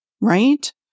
right